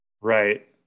right